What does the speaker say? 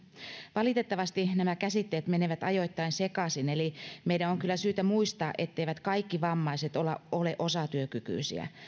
valitettavasti nämä käsitteet menevät ajoittain sekaisin eli meidän on kyllä syytä muistaa etteivät kaikki vammaiset ole osatyökykyisiä